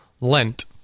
lent